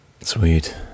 Sweet